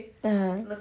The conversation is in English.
ah